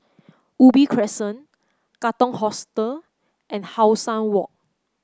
Ubi Crescent Katong Hostel and How Sun Walk